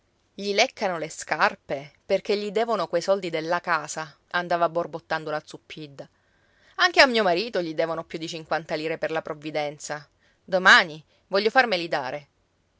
gli leccano le scarpe perché gli devono quei soldi della casa andava borbottando la zuppidda anche a mio marito gli devono più di cinquanta lire per la provvidenza domani voglio farmeli dare